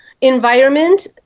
environment